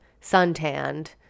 suntanned